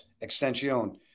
extension